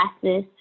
classes